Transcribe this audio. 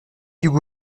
l’avis